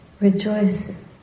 rejoice